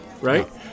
right